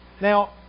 Now